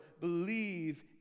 believe